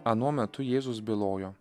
anuo metu jėzus bylojo